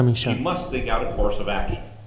she must think out a course of action.